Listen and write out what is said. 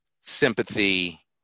sympathy